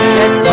Yes